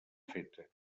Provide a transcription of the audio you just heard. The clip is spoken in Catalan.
feta